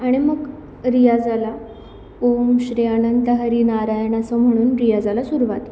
आणि मग रियाजाला ओम श्रेयानंद हरी नारायण असं म्हणून रियाजाला सुरवात